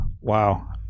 wow